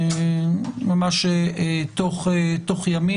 ממש תוך ימים,